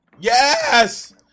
yes